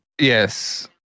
Yes